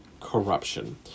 corruption